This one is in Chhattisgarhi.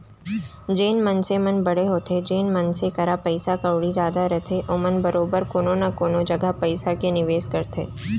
जेन मनसे मन बड़े होथे जेन मनसे करा पइसा कउड़ी जादा रथे ओमन बरोबर कोनो न कोनो जघा पइसा के निवेस करथे